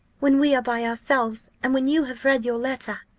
when we are by ourselves, and when you have read your letter.